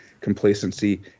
complacency